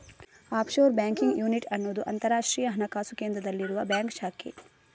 offshore banking unit ಅನ್ನುದು ಅಂತರಾಷ್ಟ್ರೀಯ ಹಣಕಾಸು ಕೇಂದ್ರದಲ್ಲಿರುವ ಬ್ಯಾಂಕ್ ಶಾಖೆ